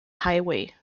highway